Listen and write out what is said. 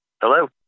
Hello